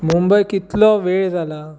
मुंबय कितलो वेळ जाला